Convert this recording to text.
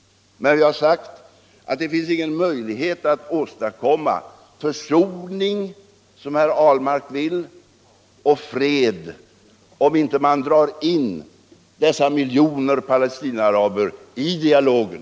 Men vi har sagt att det inte finns någon möjlighet att åstadkomma försoning — som herr Ahlmark vill — och fred, om man inte drar in dessa miljoner Palestinaaraber i dialogen.